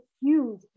huge